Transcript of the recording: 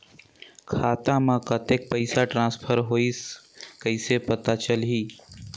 खाता म कतेक पइसा ट्रांसफर होईस कइसे पता चलही?